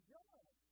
John